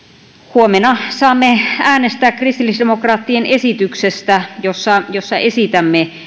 huomenna saamme äänestää kristillisdemokraattien esityksestä jossa jossa esitämme